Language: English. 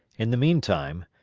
in the meantime,